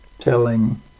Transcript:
telling